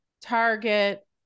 Target